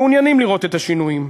מעוניינים לראות את השינויים.